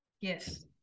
Yes